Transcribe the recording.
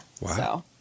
Wow